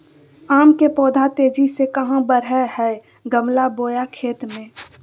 आम के पौधा तेजी से कहा बढ़य हैय गमला बोया खेत मे?